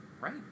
Right